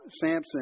Samson